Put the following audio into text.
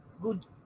good